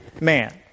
man